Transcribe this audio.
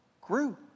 grew